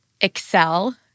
Excel